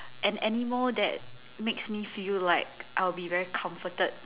an animal that makes me feel like I'll be very comforted